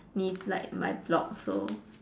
me like my block so